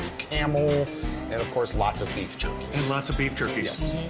camel and of course lots of beef jerkys. and lots of beef jerkys. yes.